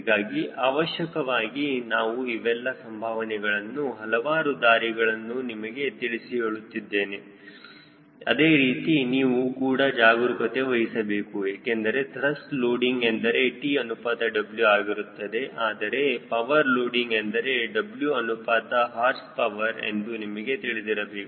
ಹೀಗಾಗಿ ಆವಶ್ಯಕವಾಗಿ ನಾನು ಇವೆಲ್ಲ ಸಂಭಾವನೆಗಳನ್ನು ಹಲವಾರು ದಾರಿಗಳನ್ನು ನಿಮಗೆ ತಿಳಿಸಿ ಹೇಳುತ್ತಿದ್ದೇನೆ ಅದೇ ರೀತಿ ನೀವು ಕೂಡ ಜಾಗರೂಕತೆ ವಹಿಸಬೇಕು ಏಕೆಂದರೆ ತ್ರಸ್ಟ್ ಲೋಡಿಂಗ್ ಎಂದರೆ T ಅನುಪಾತ W ಆಗಿರುತ್ತದೆ ಆದರೆ ಪವರ್ ಲೋಡಿಂಗ್ ಎಂದರೆ W ಅನುಪಾತ ಹಾರ್ಸ್ ಪವರ್ ಎಂದು ನಿಮಗೆ ತಿಳಿದಿರಬೇಕು